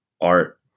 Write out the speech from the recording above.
art